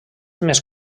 més